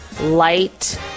light